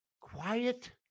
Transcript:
quiet